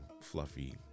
fluffy